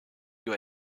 you